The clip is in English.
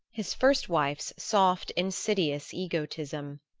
his first wife's soft insidious egotism.